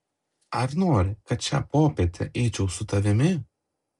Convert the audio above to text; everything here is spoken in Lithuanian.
ar nori kad šią popietę eičiau su tavimi